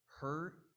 hurt